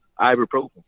ibuprofen